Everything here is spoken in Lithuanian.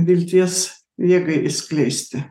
vilties jėgai išskleisti